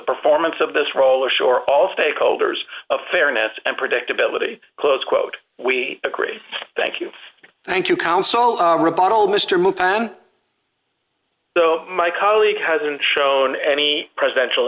performance of this roller shore all stakeholders of fairness and predictability close quote we agree thank you thank you council rubato mr move my colleague hasn't shown any presidential